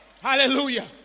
Hallelujah